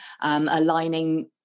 aligning